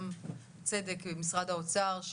גם משרד האוצר,